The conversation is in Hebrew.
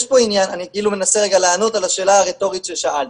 אני כאילו מנסה רגע לענות על השאלה הרטורית ששאלת.